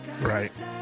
right